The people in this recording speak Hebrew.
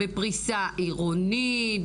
בפריסה עירונית?